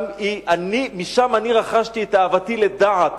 משם אני רכשתי את אהבתי לדעת.